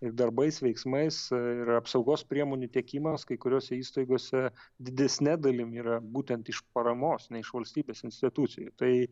ir darbais veiksmais ir apsaugos priemonių tiekimas kai kuriose įstaigose didesne dalim yra būtent iš paramos ne iš valstybės institucijų tai